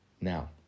Now